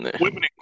women